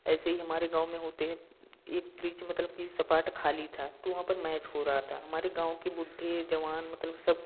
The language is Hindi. ऐसे ही हमारे गाँव में होते है एक पृच मतलब की सपाट खाली था तो वहाँ पर मैच हो रहा था तो हमारे गाँव के बूढ़े जवान मतलब सब